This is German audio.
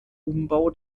umbau